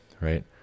right